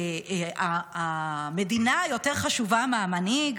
שהמדינה יותר חשובה מהמנהיג.